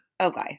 Okay